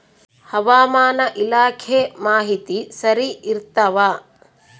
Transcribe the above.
ಹವಾಮಾನ ಇಲಾಖೆ ಮಾಹಿತಿ ಸರಿ ಇರ್ತವ?